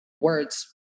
words